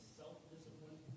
self-discipline